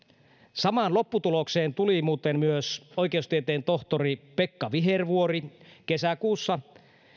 samaan lopputulokseen tuli muuten myös oikeustieteen tohtori pekka vihervuori kesäkuussa